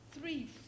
Three